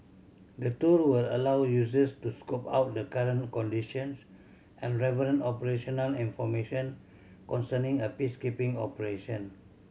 the tool will allow users to scope out the current conditions and relevant operational information concerning a peacekeeping operation